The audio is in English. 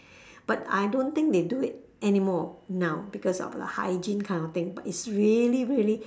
but I don't think they do it anymore now because of the hygiene kind of thing but it's really really